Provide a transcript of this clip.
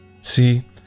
See